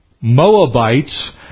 Moabites